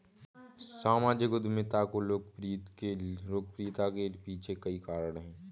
सामाजिक उद्यमिता की लोकप्रियता के पीछे कई कारण है